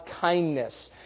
kindness